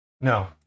No